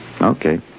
Okay